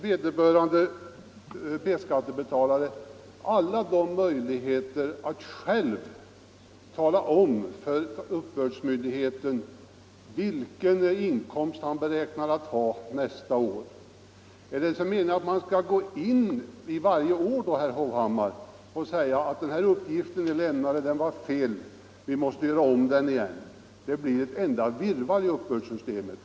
Vederbörande B-skattebetalare har alla möjligheter att själv tala om för uppbördsmyndigheten vilken inkomst han beräknar ha nästa år. Är det meningen att man varje år skall gå in och säga: ”Den uppgift som Ni lämnade var fel, vi måste göra om den.” Det skulle leda till ett enda virrvarr i uppbördssystemet.